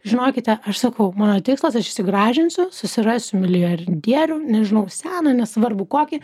žinokite aš sakau mano tikslas aš išsigražinsiu susirasiu milijardierių nežinau seną nesvarbu kokį